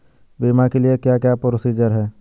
बीमा के लिए क्या क्या प्रोसीजर है?